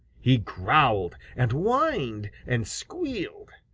he growled and whined and squealed.